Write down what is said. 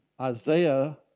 Isaiah